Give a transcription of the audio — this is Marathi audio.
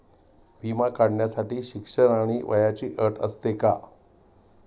विमा काढण्यासाठी शिक्षण आणि वयाची अट असते का?